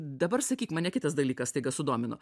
dabar sakyk mane kitas dalykas staiga sudomino